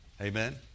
Amen